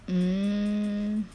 mm